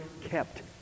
kept